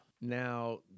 Now